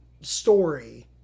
story